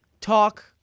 talk